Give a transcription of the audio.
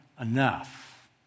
enough